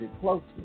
closely